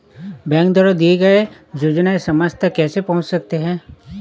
Bank द्वारा दिए गए योजनाएँ समाज तक कैसे पहुँच सकते हैं?